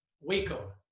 Waco